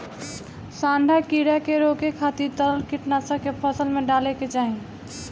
सांढा कीड़ा के रोके खातिर तरल कीटनाशक के फसल में डाले के चाही